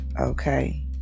okay